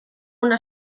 una